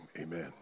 amen